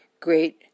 great